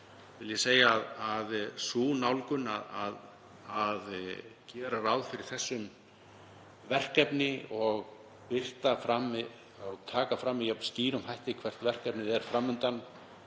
vil ég segja að sú nálgun, að gera ráð fyrir þessu verkefni og taka fram með jafn skýrum hætti hvert verkefnið er fram undan,